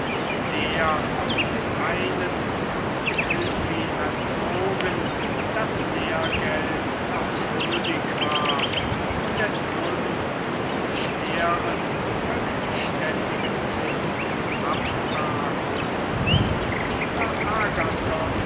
der in den hainen von delphi erzogen das lehrgeld noch schuldig war und es nun mit schweren rückständigen zinsen abzahlte und dieser agathon